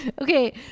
Okay